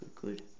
Good